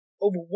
Over